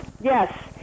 yes